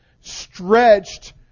stretched